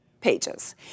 pages